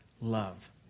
love